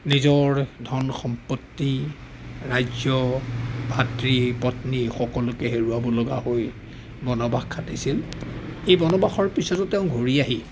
নিজৰ ধন সম্পত্তি ৰাজ্য ভাতৃ পত্নী সকলোকে হেৰুৱাবলগীয়া হৈ বনবাস খাটিছিল এই বনবাসৰ পিছতো তেওঁ ঘূৰি আহি